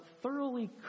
thoroughly